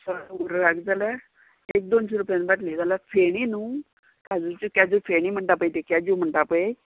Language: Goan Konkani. उर्राक जाल्यार एक दोनशीं रुपयान बाटली जाल्यार फेणी न्हू काजूच्यो कॅजू फेणी म्हणटा पय ते कॅजू म्हणटा पय